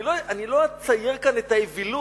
אני לא אצייר כאן את האווילות.